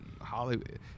Hollywood